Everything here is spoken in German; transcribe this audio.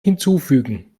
hinzufügen